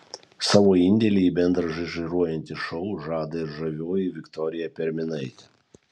savo indėlį į bendrą žaižaruojantį šou žada ir žavioji viktorija perminaitė